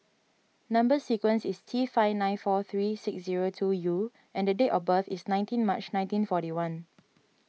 Number Sequence is T five nine four three six zero two U and date of birth is nineteen March nineteen forty one